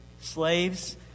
slaves